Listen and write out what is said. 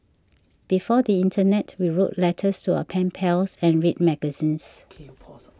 before the internet we wrote letters to our pen pals and read magazines